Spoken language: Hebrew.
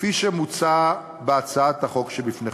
כפי שמוצע בהצעת החוק שבפניכם.